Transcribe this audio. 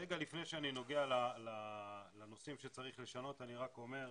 רגע לפני שאני נוגע בנושאים שצריך לשנות אני רק אומר,